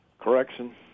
correction